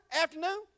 afternoon